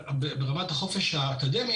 ברמת החופש האקדמי,